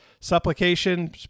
supplication